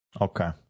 Okay